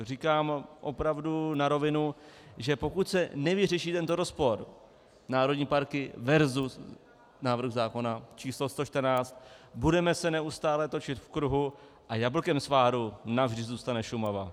Říkám opravdu na rovinu, že pokud se nevyřeší tento rozpor, národní parky versus návrh zákona číslo 114, budeme se neustále točit v kruhu a jablkem sváru navždy zůstane Šumava.